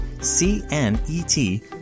C-N-E-T